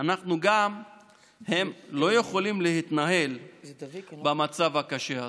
הם לא יכולים להתנהל במצב הקשה הזה.